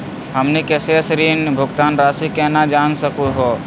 हमनी के शेष ऋण भुगतान रासी केना जान सकू हो?